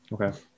okay